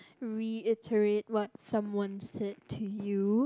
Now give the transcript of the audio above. reiterate what someone said to you